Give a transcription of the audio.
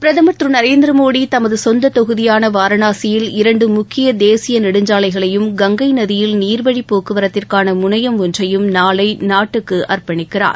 பிரதமர் திரு நரேந்திர மோடி தமது சொந்த தொகுதியான வாரணாசியில் இரண்டு முக்கிய தேசிய நெடுஞ்சாலைகளையும் கங்கை நதியில் நீர்வழிப் போக்குவரத்திற்கான முனையம் ஒன்றையும் நாளை நாட்டுக்கு அர்ப்பணிக்கிறார்